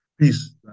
peace